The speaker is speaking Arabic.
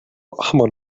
الأحمر